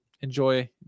Enjoy